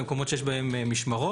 במקומות שיש בהם משמרות,